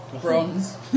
Bronze